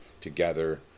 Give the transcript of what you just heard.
together